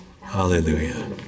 Hallelujah